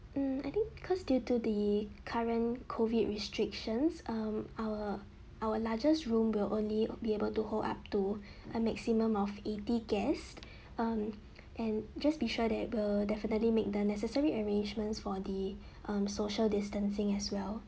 hmm I think cause due to the current COVID restrictions um our our largest room will only be able to hold up to a maximum of eighty guest um and just be sure that we'll definitely make the necessary arrangements for the um social distancing as well